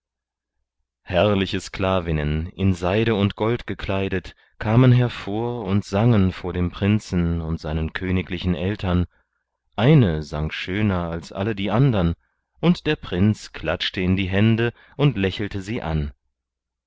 herrliche sklavinnen in seide und gold gekleidet kamen hervor und sangen vor dem prinzen und seinen königlichen eltern eine sang schöner als alle die andern und der prinz klatschte in die hände und lächelte sie an